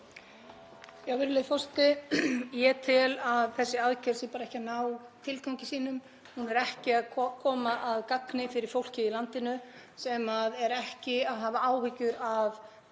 Virðulegi forseti. Ég tel að þessi aðgerð sé ekki að ná tilgangi sínum. Hún er ekki að koma að gagni fyrir fólkið í landinu sem er ekki að hafa áhyggjur af